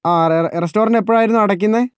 ആ അതെ അതെ റെസ്റ്റോറൻ്റ എപ്പോഴായിരുന്നു അടക്കുന്നത്